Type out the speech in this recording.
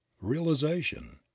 Realization